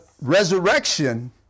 resurrection